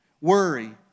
Worry